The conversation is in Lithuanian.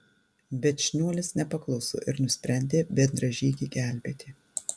bet šniuolis nepakluso ir nusprendė bendražygį gelbėti